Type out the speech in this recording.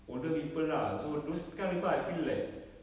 older people lah so those kind of people I feel like